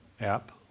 app